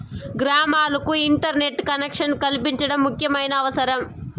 గ్రామాలకు internet collection కల్పించడం ముఖ్యమైన అవసరం